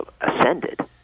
ascended